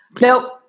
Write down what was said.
Nope